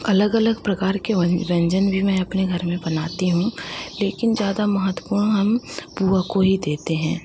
अलग अलग प्रकार के व्यंजन भी मैं अपने घर में बनाती हूँ लेकिन ज़्यादा महत्वपूर्ण हम पुआ को ही देते हैं